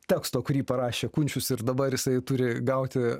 teksto kurį parašė kunčius ir dabar jisai turi gauti